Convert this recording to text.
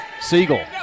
Siegel